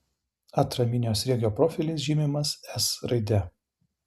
atraminio sriegio profilis žymimas s raide